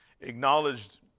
acknowledged